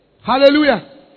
Hallelujah